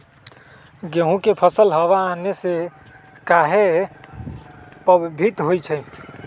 गेंहू के फसल हव आने से काहे पभवित होई छई?